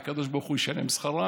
הקדוש ברוך הוא ישלם שכרם,